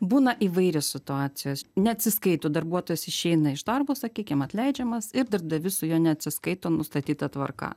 būna įvairios situacijos neatsiskaito darbuotojas išeina iš darbo sakykim atleidžiamas ir darbdavys su juo neatsiskaito nustatyta tvarka